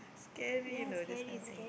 scary you know this kind of thing